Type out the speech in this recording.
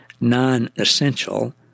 non-essential